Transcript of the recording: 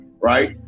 right